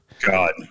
God